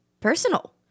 personal